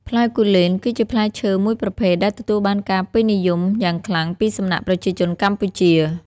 ផ្លែគូលែន គឺជាផ្លែឈើមួយប្រភេទដែលទទួលបានការពេញនិយមយ៉ាងខ្លាំងពីសំណាក់ប្រជាជនកម្ពុជា។